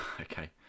Okay